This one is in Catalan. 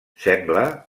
sembla